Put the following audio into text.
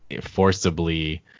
Forcibly